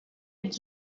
ets